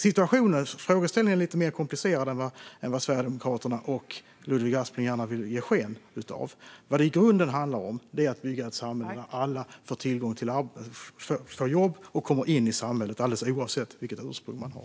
Situationen och frågan är alltså lite mer komplicerad än Sverigedemokraterna och Ludvig Aspling gärna vill ge sken av. Vad det i grunden handlar om är att bygga ett samhälle där alla får jobb och kommer in i samhället, alldeles oavsett vilket ursprung man har.